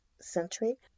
century